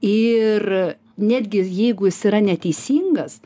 ir netgi jeigu jis yra neteisingas